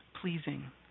pleasing